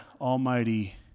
Almighty